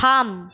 থাম